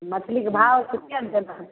मछलीके भाव पुछियौन कने